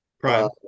prime